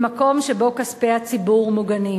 למקום שבו כספי הציבור מוגנים.